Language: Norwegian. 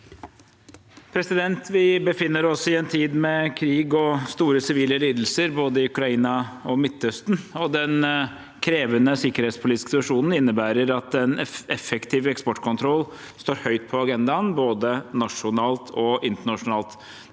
Vi befinner oss i en tid med krig og store sivile lidelser både i Ukraina og i Midtøsten, og den krevende sikkerhetspolitiske situasjonen innebærer at en effektiv eksportkontroll står høyt på agendaen, både nasjonalt og internasjonalt.